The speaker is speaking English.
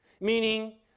Meaning